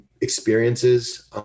experiences